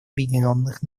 объединенных